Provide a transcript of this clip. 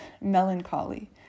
melancholy